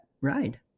ride